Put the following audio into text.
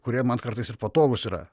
kurie man kartais ir patogūs yra